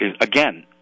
again